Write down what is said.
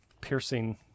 piercing